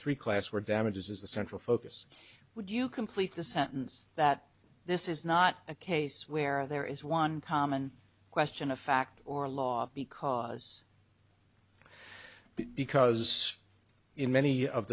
three class for damages is the central focus would you complete the sentence that this is not a case where there is one common question of fact or law because because in many of